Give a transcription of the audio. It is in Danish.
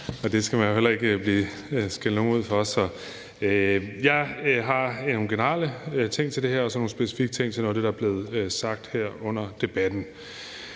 det skal man jo heller ikke skælde nogen ud for. Jeg har nogle generelle ting til det her og så nogle specifikke ting til noget af det, der er blevet sagt her under debatten.